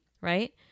right